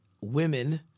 women